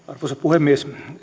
arvoisa puhemies